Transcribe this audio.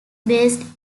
based